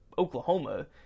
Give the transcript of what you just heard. Oklahoma